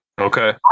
Okay